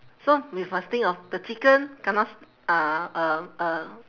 so we must think of the chicken kena s~ uh uh uh